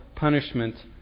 punishment